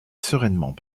sereinement